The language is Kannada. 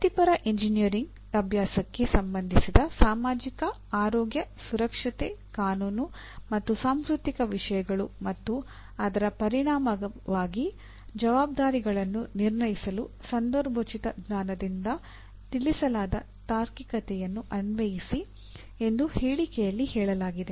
ವೃತ್ತಿಪರ ಎಂಜಿನಿಯರಿಂಗ್ ಅಭ್ಯಾಸಕ್ಕೆ ಸಂಬಂಧಿಸಿದ ಸಾಮಾಜಿಕ ಆರೋಗ್ಯ ಸುರಕ್ಷತೆ ಕಾನೂನು ಮತ್ತು ಸಾಂಸ್ಕೃತಿಕ ವಿಷಯಗಳು ಮತ್ತು ಅದರ ಪರಿಣಾಮವಾಗಿ ಜವಾಬ್ದಾರಿಗಳನ್ನು ನಿರ್ಣಯಿಸಲು ಸಂದರ್ಭೋಚಿತ ಜ್ಞಾನದಿಂದ ತಿಳಿಸಲಾದ ತಾರ್ಕಿಕತೆಯನ್ನು ಅನ್ವಯಿಸಿ ಎಂದು ಹೇಳಿಕೆಯಲ್ಲಿ ಹೇಳಲಾಗಿದೆ